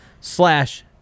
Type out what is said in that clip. slash